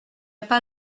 pas